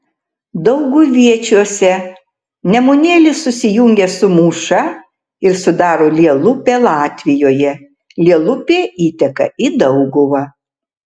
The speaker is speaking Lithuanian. dauguviečiuose nemunėlis susijungia su mūša ir sudaro lielupę latvijoje lielupė įteka į dauguvą